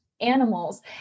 animals